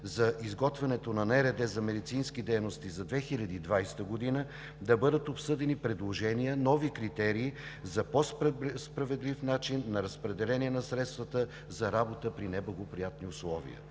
рамков договор за медицински дейности за 2020 г. да бъдат обсъдени предложения, нови критерии за по справедлив начин на разпределение на средствата за работа при неблагоприятни условия.